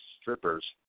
strippers